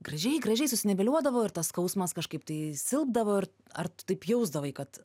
gražiai gražiai susiniveliuodavo ir tas skausmas kažkaip tai silpdavo ir ar tu taip jausdavai kad